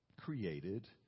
created